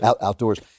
outdoors